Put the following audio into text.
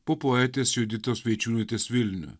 po poetės juditos vaičiūnaitės vilnių